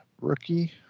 rookie